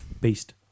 Beast